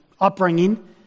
upbringing